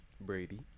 Brady